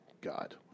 God